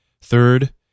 Third